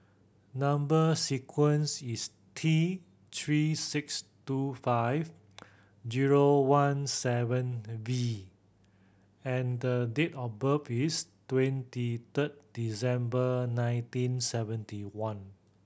number sequence is T Three six two five zero one seven V and the date of birth is twenty third December nineteen seventy one